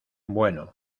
bueno